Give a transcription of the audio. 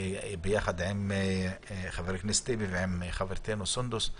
יחד עם חברי הכנסת טיבי ועם חברתנו סונדוס,